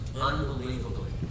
unbelievably